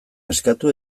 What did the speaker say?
eskatu